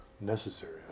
necessary